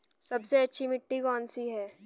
सबसे अच्छी मिट्टी कौन सी है?